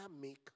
make